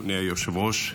אדוני היושב-ראש,